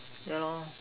yeah lor